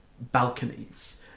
balconies